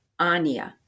Ania